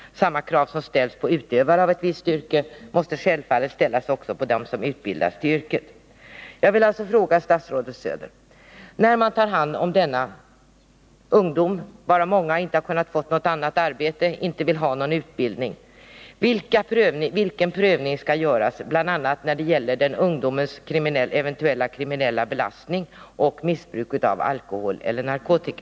Samma krav som ställs på utövare av ett visst yrke måste självfallet ställas också på dem som utbildas till yrket.” Jag vill ställa en fråga till statsrådet Söder: När man tar hand om dessa ungdomar, av vilka många inte har kunnat få något annat arbete och inte vill ha någon utbildning, vilken prövning skall då göras, bl.a. med hänsyn till ungdomarnas eventuellt kriminella belastning och missbruk av alkohol eller narkotika?